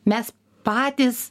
mes patys